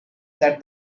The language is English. that